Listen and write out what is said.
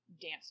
dance